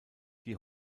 die